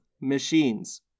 machines